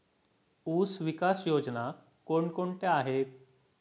ऊसविकास योजना कोण कोणत्या आहेत?